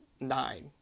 Nine